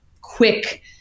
quick